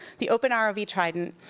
the openrov trident,